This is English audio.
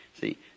see